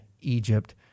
Egypt